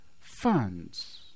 funds